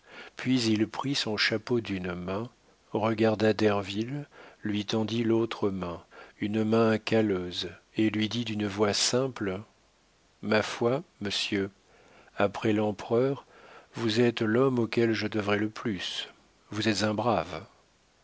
puis il prit son chapeau d'une main regarda derville lui tendit l'autre main une main calleuse et lui dit d'une voix simple ma foi monsieur après l'empereur vous êtes l'homme auquel je devrai le plus vous êtes un brave